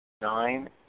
Nine